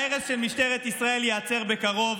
ההרס של משטרת ישראל ייעצר בקרוב,